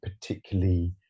particularly